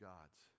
God's